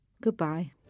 Goodbye